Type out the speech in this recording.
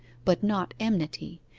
but not enmity,